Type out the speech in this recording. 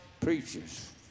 preachers